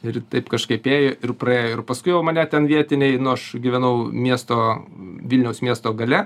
ir taip kažkaip ėjo ir praėjo ir paskui jau mane ten vietiniai nu aš gyvenau miesto vilniaus miesto gale